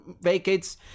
vacates